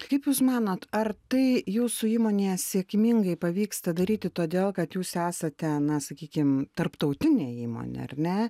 kaip jūs manot ar tai jūsų įmonėje sėkmingai pavyksta daryti todėl kad jūs esate na sakykim tarptautinė įmonė ar ne